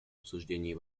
обсуждении